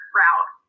route